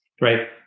right